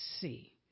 see